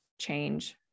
change